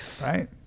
Right